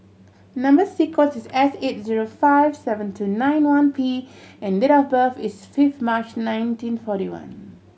number sequence is S eight zero five seven two nine one P and date of birth is fifth March nineteen forty one